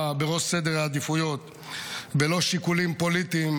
בראש סדר העדיפויות בלא שיקולים פוליטיים,